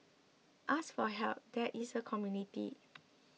ask for help there is a community